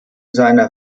seiner